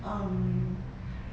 um